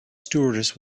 stewardess